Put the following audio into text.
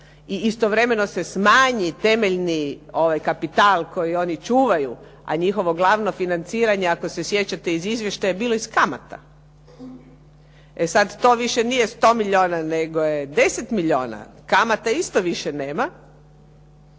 i istovremeno se smanji temeljni kapital koji oni čuvaju, a njihovo glavno financiranje ako se sjećate iz izvještaja, bilo je iz kamata. E sad, to više nije 100 milijuna nego je 10 milijuna. Kamata isto više nema.